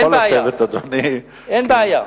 אין בעיה, אין בעיה.